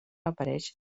apareix